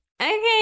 Okay